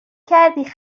کردی